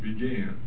began